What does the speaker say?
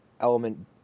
element